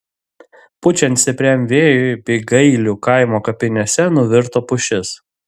pučiant stipriam vėjui bygailių kaimo kapinėse nuvirto pušis